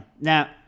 Now